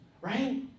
right